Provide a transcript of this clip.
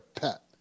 pet